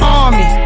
army